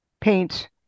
paint